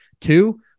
two